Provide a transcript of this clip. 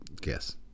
guess